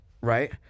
right